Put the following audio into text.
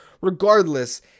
Regardless